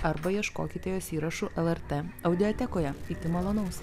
arba ieškokite jos įrašų lrt audiotekoje iki malonaus